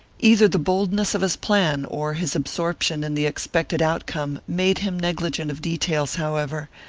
either the boldness of his plan or his absorption in the expected outcome made him negligent of details, however,